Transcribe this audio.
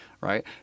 right